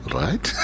right